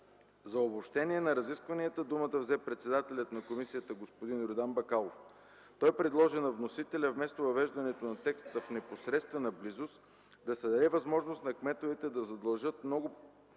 За обобщение на разискванията думата взе председателят на комисията господин Йордан Бакалов. Той предложи на вносителя, вместо въвеждането на текста „в непосредствена близост”, да се даде възможност на кметовете да задължат много